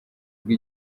ubwo